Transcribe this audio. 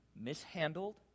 mishandled